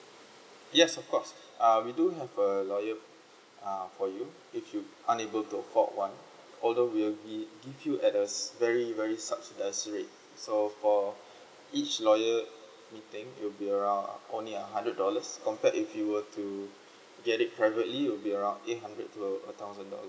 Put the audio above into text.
yes of course uh we do have uh lawyer uh for you if you unable to call one although we'll gi~ give you at a very very subsidized rate so for each lawyer meeting it will be around only a hundred dollars compared if you were to get it privately will be around eight hundred two thousand dollars